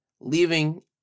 leaving